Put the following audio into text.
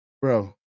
Bro